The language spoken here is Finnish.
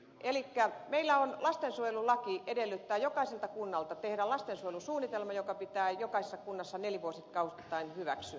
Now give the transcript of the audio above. elikkä meillä on lastensuojelulaki joka edellyttää jokaiselta kunnalta että se tekee lastensuojelusuunnitelman joka pitää jokaisessa kunnassa nelivuotiskausittain hyväksyä